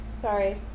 Sorry